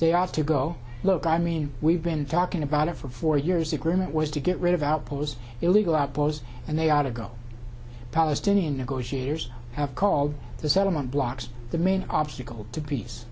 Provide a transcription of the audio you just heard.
ought to go look i mean we've been talking about it for four years agreement was to get rid of out those illegal outposts and they ought to go palestinian negotiators have called the settlement blocks the main obstacle to peace